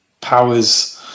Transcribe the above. powers